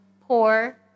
pour